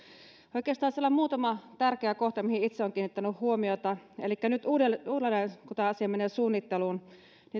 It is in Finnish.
oikeastaan siellä on muutama tärkeä kohta mihin itse olen kiinnittänyt huomiota elikkä nyt uudelleen kun tämä asia menee suunnitteluun